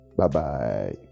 Bye-bye